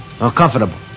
Uncomfortable